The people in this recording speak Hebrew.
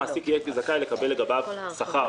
המעסיק יהיה זכאי לקבל לגביו שכר.